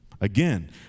Again